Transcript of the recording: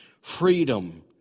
freedom